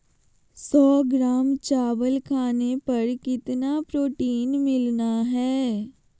सौ ग्राम चावल खाने पर कितना प्रोटीन मिलना हैय?